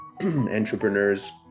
entrepreneurs